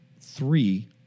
three